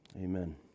amen